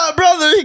brother